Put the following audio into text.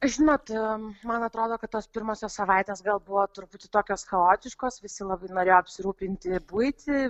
žinot man atrodo kad tos pirmosios savaitės gal buvo truputį tokios chaotiškos visi labai norėjo apsirūpinti buitį